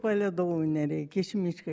palydovų nereikės į mišką